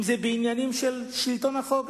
אם בענייני שלטון החוק,